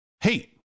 hate